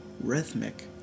rhythmic